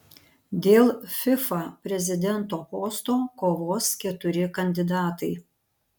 dėl fifa prezidento posto kovos keturi kandidatai